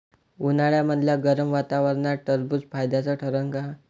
उन्हाळ्यामदल्या गरम वातावरनात टरबुज फायद्याचं ठरन का?